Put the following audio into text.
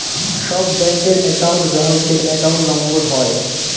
সব ব্যাঙ্কের একউন্ট গ্রাহকদের অ্যাকাউন্ট নম্বর হয়